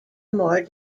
more